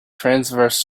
transverse